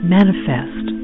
Manifest